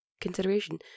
consideration